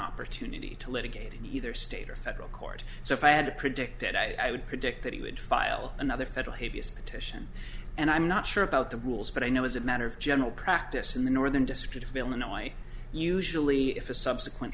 opportunity to litigate in either state or federal court so if i had to predict it i would predict that he would file another federal habeas petition and i'm not sure about the rules but i know as a matter of general practice in the northern district of illinois usually if a subsequent